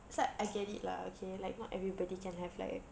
it's like I get it lah okay like not everybody can have like a